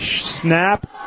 Snap